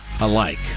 alike